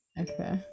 okay